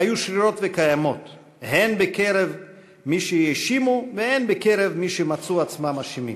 היו שרירות וקיימות הן בקרב מי שהאשימו והן בקרב מי שמצאו עצמם אשמים.